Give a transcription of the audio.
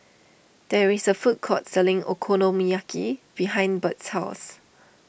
there is a food court selling Okonomiyaki behind Birt's house